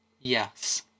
Yes